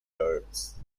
turns